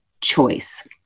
choice